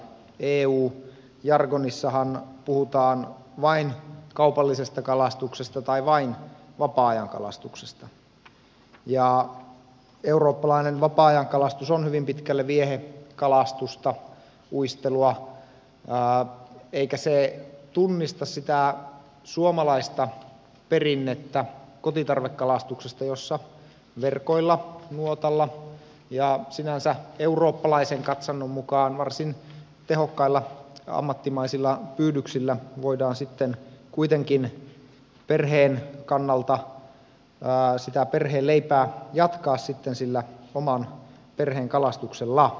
eu jargonissahan puhutaan vain kaupallisesta kalastuksesta tai vain vapaa ajankalastuksesta ja eurooppalainen vapaa ajankalastus on hyvin pitkälle viehekalastusta uistelua eikä se tunnista sitä suomalaista perinnettä kotitarvekalastuksesta jossa verkoilla nuotalla ja sinänsä eurooppalaisen katsannon mukaan varsin tehokkailla ammattimaisilla pyydyksillä voidaan kuitenkin perheen kannalta sitä perheen leipää jatkaa oman perheen kalastuksella